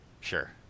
Sure